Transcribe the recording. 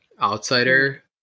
outsider